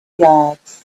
yards